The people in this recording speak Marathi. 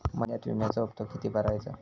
महिन्यात विम्याचो हप्तो किती भरायचो?